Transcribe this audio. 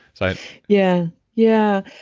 so yeah. yeah.